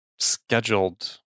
Scheduled